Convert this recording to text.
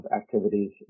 activities